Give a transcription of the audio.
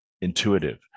intuitive